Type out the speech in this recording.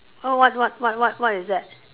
what what what what what is that